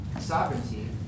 sovereignty